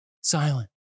silent